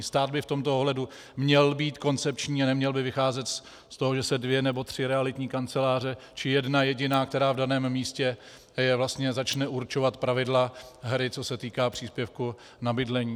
Stát by v tomto ohledu měl být koncepční a neměl by vycházet z toho, že se dvě nebo tři realitní kanceláře, či jedna jediná, která v daném místě je, najednou začne určovat pravidla hry, co se týká příspěvku na bydlení.